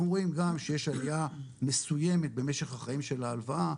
רואים גם שיש עליה מסויימת במשך החיים של ההלוואה,